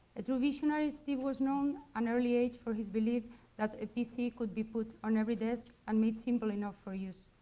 a true visionary, steve was known at an early age for his belief that a pc could be put on every desk and made simple enough for use.